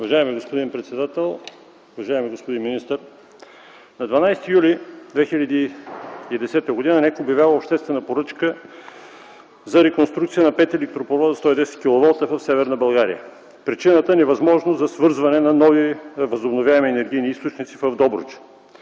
Уважаеми господин председател, уважаеми господин министър! На 12 юли 2010 г. НЕК обявява обществена поръчка за реконструкция на пет електропровода 110 кв в Северна България. Причината: невъзможност за свързване на нови възнообновяеми енергийни източници в Добруджа.